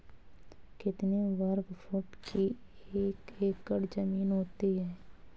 कितने वर्ग फुट की एक एकड़ ज़मीन होती है?